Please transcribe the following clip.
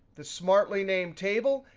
the smartly named table,